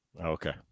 Okay